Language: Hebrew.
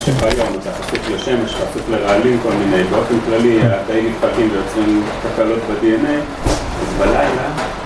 במשך היום אתה חשוף לשמש, אתה חשוף לרעלים, כל מיני ובאופן כללי, התאים מתפרקים ויוצרים תקלות ב-DNA, אז בלילה...